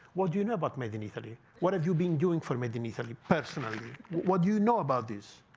what do you know about made in italy? what have you been doing for made in italy personally? what you know about this?